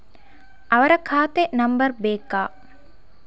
ಅವರ ಖಾತೆ ನಂಬರ್ ಬೇಕಾ?